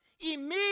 immediate